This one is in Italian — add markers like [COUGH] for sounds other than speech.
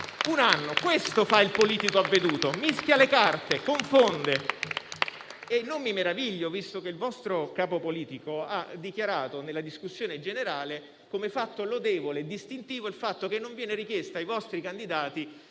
Questo fa il politico avveduto: mischia le carte, confonde. [APPLAUSE] Non mi meraviglio, visto che il vostro capo politico ha dichiarato nella discussione generale che giudica lodevole e distintivo il fatto che non venga richiesto ai vostri candidati